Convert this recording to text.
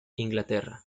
inglaterra